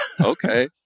Okay